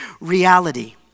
reality